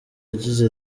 yagize